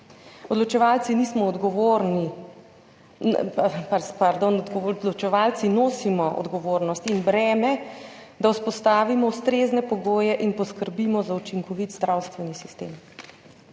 temeljnih človekovih pravic. Odločevalci nosimo odgovornost in breme, da vzpostavimo ustrezne pogoje in poskrbimo za učinkovit zdravstveni sistem.